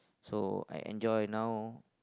so I enjoy now